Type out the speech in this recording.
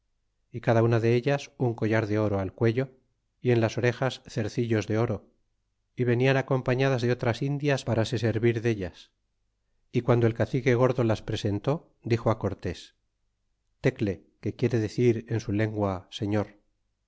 y cada una dellas un collar de oro al cuello y en las orejas cercillos de oro y venian acompañadas de otras indias para se servir del lar y guando el cacique gordo las presentó dixo a cortés tecle que quiere decir en su lengua señor